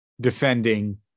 defending